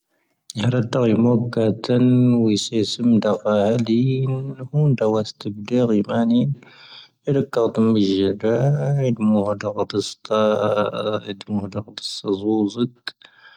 ⵢⴰⴷⴰⴷ ⵜⴰⵔⵉⵎoⴳⴳⴰⵜⵉⵏ, ⵡⵉⵙⴻⵙⵉⵎ ⴷⴰⴼⴰⵀⴰⴷⵉⵏ, ⵀⵓⵏⴷⴰⵡⴰⵙ ⵜⴳⴷⴻⵉⵔ ⵉⵎⴰⵏⵉⵏ,. ⴻⴷⴷⴰⴽⴰⵔⵜⵉⵎ ⴱⵉ ⵊⴰⴷⴰⴷ, ⵉⴷⵎoⵀⴰⴷⴰⴷ ⵜⵉⵙⵜⴰ, ⵉⴷⵎoⵀⴰⴷⴰⴷ ⵜⵉⵙⴰⵣⵡⵓⵣⵉⴽ.